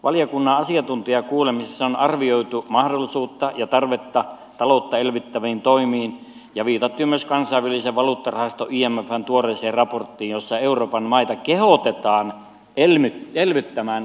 valiokunnan asiantuntijakuulemisissa on arvioitu mahdollisuutta ja tarvetta taloutta elvyttäviin toimiin ja viitattu myös kansainvälisen valuuttarahaston imfn tuoreeseen raporttiin jossa euroopan maita kehotetaan elvyttämään vaikka velkarahalla